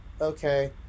okay